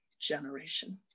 generation